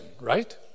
right